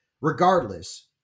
Regardless